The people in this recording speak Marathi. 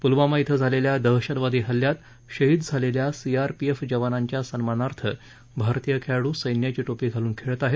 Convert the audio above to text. प्लवामा ॐ झालेल्या दहशतवादी हल्ल्यात शहीद झालेल्या सीआरपीएफ जवानांच्या सन्मानार्थ भारतीय खेळाडू सैन्याची टोपी घालून खेळत आहेत